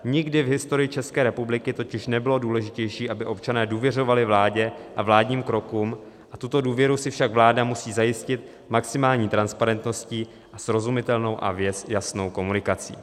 Nikdy v historii České republiky totiž nebylo důležitější, aby občané důvěřovali vládě a vládním krokům, tuto důvěru si však vláda musí zajistit maximální transparentností, srozumitelnou a věc jasnou komunikací.